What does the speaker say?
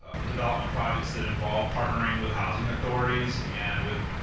development projects that involve partnering with housing authorities and with